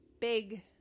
big